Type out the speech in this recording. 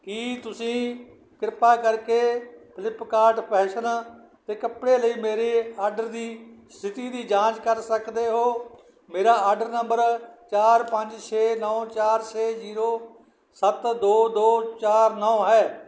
ਕੀ ਤੁਸੀਂ ਕਿਰਪਾ ਕਰਕੇ ਫਲਿੱਪਕਾਰਟ ਫੈਸ਼ਨ 'ਤੇ ਕੱਪੜੇ ਲਈ ਮੇਰੇ ਆਰਡਰ ਦੀ ਸਥਿਤੀ ਦੀ ਜਾਂਚ ਕਰ ਸਕਦੇ ਹੋ ਮੇਰਾ ਆਰਡਰ ਨੰਬਰ ਚਾਰ ਪੰਜ ਛੇ ਨੌਂ ਚਾਰ ਛੇ ਜ਼ੀਰੋ ਸੱਤ ਦੋ ਦੋ ਚਾਰ ਨੌਂ ਹੈ